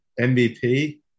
MVP